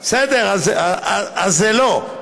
בסדר, אז זה לא.